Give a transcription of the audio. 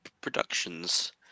productions